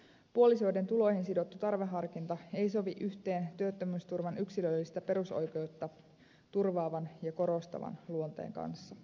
puolisoiden tuloihin sidottu tarveharkinta ei sovi yhteen työttömyysturvan yksilöllistä perusoikeutta turvaavan ja korostavan luonteen kanssa